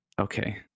Okay